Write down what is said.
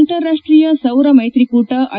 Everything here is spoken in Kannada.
ಅಂತಾರಾಷ್ಟೀಯ ಸೌರ ಮೈತ್ರಿಕೂಟ ಐ